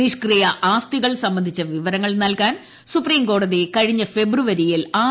നിഷ്ക്രിയ ആസ്തികൾ സംബന്ധിച്ച വിവരങ്ങൾ നൽകാൻ സുപ്രീംകോടതി കഴിഞ്ഞ ഫെബ്രുവരിയിൽ ആർ